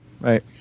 right